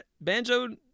Banjo